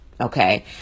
Okay